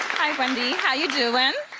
hi wendy, how you doing?